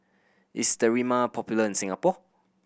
is Sterimar popular in Singapore